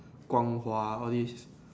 Guang Hua all this